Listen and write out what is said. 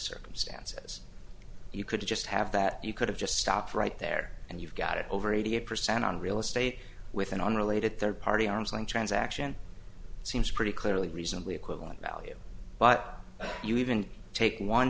circumstances you could just have that you could have just stopped right there and you've got it over eighty percent on real estate with an unrelated third party arm's length transaction seems pretty clearly reasonably equivalent value but you even take one